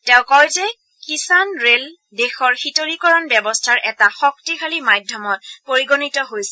তেওঁ কয় যে কিষাণ ৰেল দেশৰ শীতলীকৰণ ব্যৱস্থাৰ এটা শক্তিশালী মাধ্যমত পৰিগণিত হৈছে